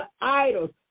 idols